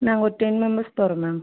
நாங்கள் ஒரு ten members போகறோம் மேம்